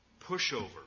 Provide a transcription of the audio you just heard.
pushover